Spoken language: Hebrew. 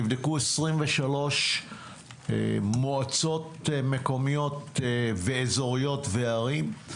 נבדקו 23 מועצות מקומיות ואזוריות וערים,